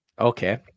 okay